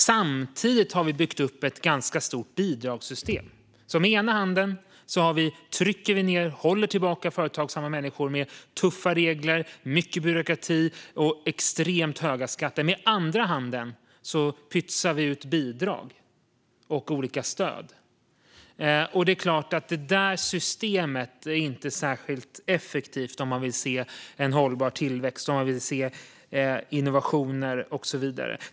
Samtidigt har vi byggt upp ett ganska stort bidragssystem. Med ena handen trycker vi ned och håller tillbaka företagsamma människor med tuffa regler, mycket byråkrati och extremt höga skatter. Med andra handen pytsar vi ut bidrag och olika stöd. Det är klart att detta system inte är särskilt effektivt om man vill se en hållbar tillväxt, innovationer och så vidare.